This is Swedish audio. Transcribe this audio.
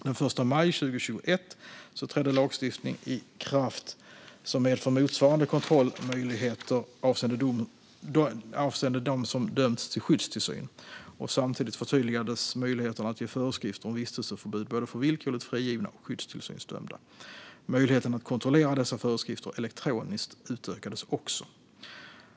Den 1 maj 2021 trädde lagstiftning i kraft som medför motsvarande kontrollmöjligheter avseende dem som dömts till skyddstillsyn. Samtidigt förtydligades möjligheterna att ge föreskrifter om vistelseförbud för både villkorligt frigivna och skyddstillsynsdömda. Möjligheten att kontrollera dessa föreskrifter elektroniskt utökades också.